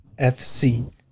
FC